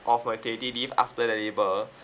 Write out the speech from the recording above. of maternity leave after they labour